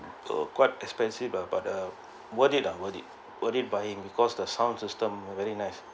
so quite expensive ah but ah worth it ah worth it worth it buying because the sound system are very nice